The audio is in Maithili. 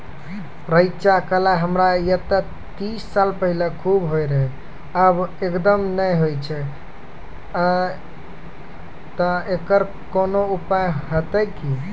रेचा, कलाय हमरा येते तीस साल पहले खूब होय रहें, अब एकदम नैय होय छैय तऽ एकरऽ कोनो उपाय हेते कि?